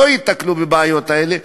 לא ייתקלו בבעיות האלה,